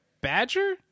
badger